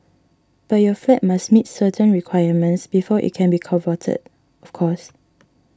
but your flat must meet certain requirements before it can be converted of course